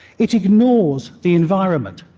it ignores the environment.